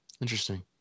Interesting